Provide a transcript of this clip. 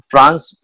France